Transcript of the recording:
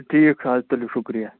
ٹھیٖک حظ تُلِو شُکرِیہ